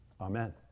amen